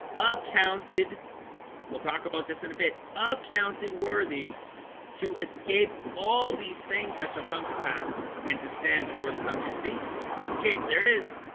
ah accounted we'll talk about this in a bit accounted worthy to escape all these things that shall come to pass and to stand before the son of man. see escape. there it is